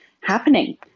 happening